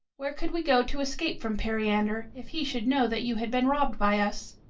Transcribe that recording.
where could we go to escape from periander, if he should know that you had been robbed by us?